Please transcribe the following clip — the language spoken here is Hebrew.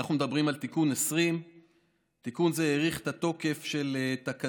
אנחנו מדברים על תיקון 20. תיקון זה האריך את התוקף של תקנות